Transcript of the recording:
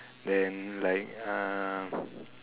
then like uh